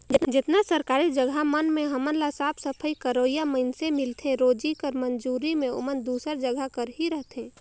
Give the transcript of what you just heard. जेतना सरकारी जगहा मन में हमन ल साफ सफई करोइया मइनसे मिलथें रोजी कर मंजूरी में ओमन दूसर जगहा कर ही रहथें